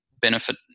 benefit